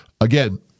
Again